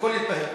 הכול יתבהר.